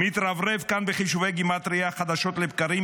מתרברב כאן בחישובי גימטרייה חדשות לבקרים,